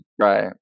Right